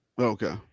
Okay